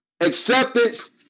acceptance